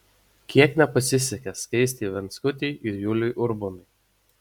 kiek nepasisekė skaistei venckutei ir juliui urbonui